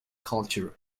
culture